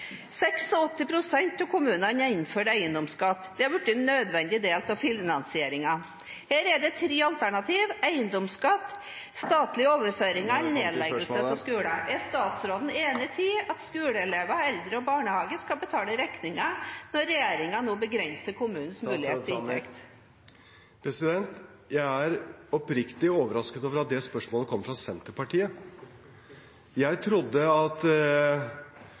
av kommunene har innført eiendomsskatt. Det har blitt en nødvendig del av finansieringen. Her er det tre alternativ: eiendomsskatt, statlige overføringer eller nedleggelse av skoler. Er statsråden enig i at skoleelever, eldre og barnehager skal betale regningen når regjeringen nå begrenser kommunenes mulighet til inntekt? Jeg er oppriktig overrasket over at det spørsmålet kommer fra Senterpartiet. Jeg trodde at